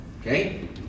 Okay